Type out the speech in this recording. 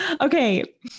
okay